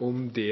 Om det